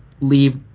leave